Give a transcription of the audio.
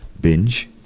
binge